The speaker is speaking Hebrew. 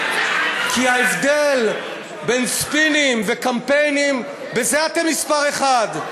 כי ההבדל בין ספינים וקמפיינים, בזה אתם מספר אחת.